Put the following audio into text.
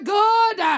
good